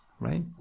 right